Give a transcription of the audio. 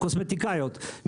קוסמטיקאיות,